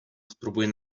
spróbuję